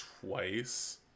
twice